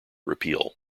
repeal